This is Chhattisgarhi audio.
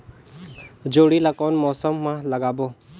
जोणी ला कोन मौसम मा लगाबो?